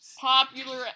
Popular